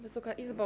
Wysoka Izbo!